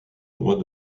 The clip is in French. droit